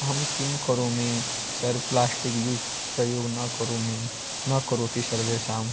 अहं किं करोमि सर् प्लास्टिक् यूस् प्रयोगं न करोमि न करोति सर्वेषां